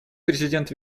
президент